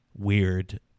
weird